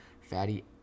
Fatty